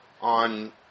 on